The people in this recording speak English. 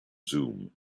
zoom